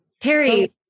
Terry